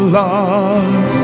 love